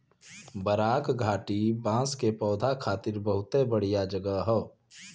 बराक घाटी बांस के पौधा खातिर बहुते बढ़िया जगह हौ